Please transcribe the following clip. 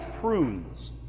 prunes